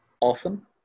often